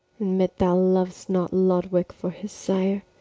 admit thou lov'dst not lodowick for his sire,